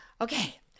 Okay